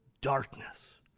darkness